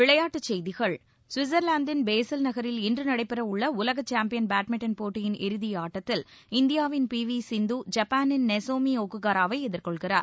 விளையாட்டுச்செய்திகள் சுவிட்சர்லாந்தின் பேஸல் நகரில் இன்று நடைபெற உள்ள உலக சாம்பியன் பேட்மிண்டன் போட்டியின் இறுதியாட்டத்தில் இந்தியாவின் பி வி சிந்து ஜப்பானின் நொசோமி ஒக்குஹராவை எதிர்கொள்கிறார்